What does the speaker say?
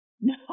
no